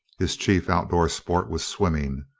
his chief outdoor sport was swimming.